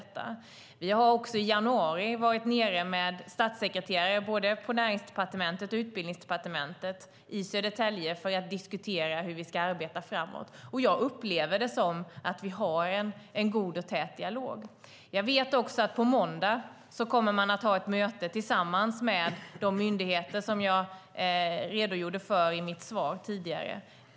I januari var vi också i Södertälje med statssekreterare från Näringsdepartementet och Utbildningsdepartementet för att diskutera hur vi ska arbeta framåt. Jag upplever det som att vi har en god och tät dialog. Jag vet också att man på måndag kommer att ha ett möte på plats i Södertälje tillsammans med de myndigheter som jag redogjorde för i mitt svar tidigare.